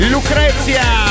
Lucrezia